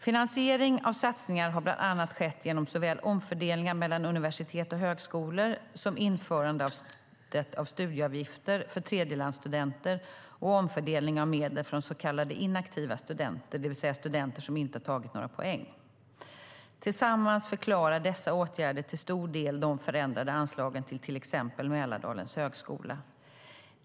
Finansiering av satsningar har bland annat skett genom såväl omfördelningar mellan universitet och högskolor som införandet av studieavgifter för tredjelandsstudenter och omfördelning av medel från så kallade inaktiva studenter, det vill säga studenter som inte tagit några poäng. Tillsammans förklarar dessa åtgärder till stor del de förändrade anslagen till exempelvis Mälardalens högskola.